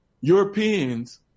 Europeans